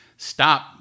stop